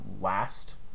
last